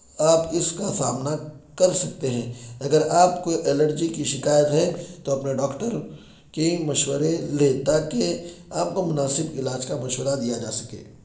آپ اس کا سامنا کر سکتے ہیں اگر آپ کو الرجی کی شکایت ہے تو اپنے ڈاکٹر کی مشورے لیں تاکہ آپ کو مناسب علاج کا مشورہ دیا جا سکے